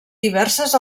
diverses